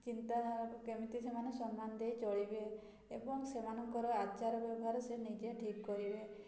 ଚିନ୍ତାଧାରା କେମିତି ସେମାନେ ସମ୍ମାନ ଦେଇ ଚଳିବେ ଏବଂ ସେମାନଙ୍କର ଆଚାର ବ୍ୟବହାର ସେ ନିଜେ ଠିକ୍ କରିବେ